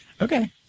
Okay